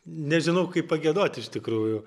nežinau kaip pagiedot iš tikrųjų